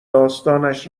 داستانش